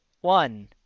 one